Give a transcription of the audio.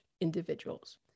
individuals